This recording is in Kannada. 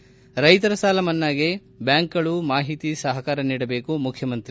ರ್ನೆತರ ಸಾಲಮನ್ನಾಗೆ ಬ್ಲಾಂಕುಗಳು ಮಾಹಿತಿ ಸಹಕಾರ ನೀಡಬೇಕು ಮುಖ್ಯಮಂತ್ರಿ